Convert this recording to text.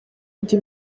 ndi